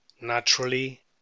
Naturally